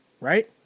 right